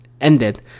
ended